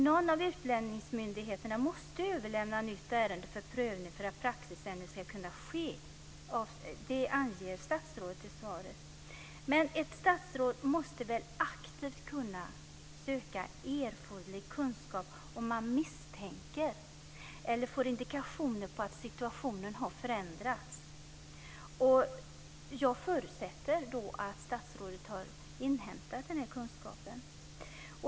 Någon av utlänningsmyndigheterna måste överlämna nytt ärende för prövning för att praxisändring ska kunna ske. Det anger statsrådet i svaret. Men ett statsråd måste väl aktivt kunna söka erforderlig kunskap om han eller hon misstänker eller får indikationer på att situationen har förändrats. Jag förutsätter att statsrådet har inhämtat den kunskapen.